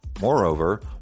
Moreover